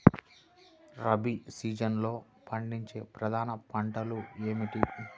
రబీ సీజన్లో పండించే ప్రధాన పంటలు ఏమిటీ?